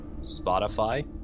Spotify